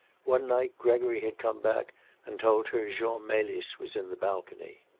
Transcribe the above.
one night gregory had come back and told her jean melis was in the balcony.